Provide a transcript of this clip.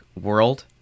world